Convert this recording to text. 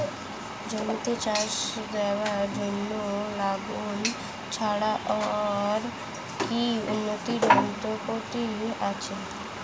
জমিতে চাষ দেওয়ার জন্য লাঙ্গল ছাড়া আর কি উন্নত যন্ত্রপাতি আছে?